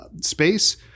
space